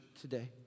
today